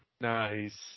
Nice